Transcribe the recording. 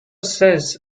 says